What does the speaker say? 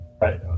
Right